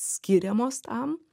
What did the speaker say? skiriamos tam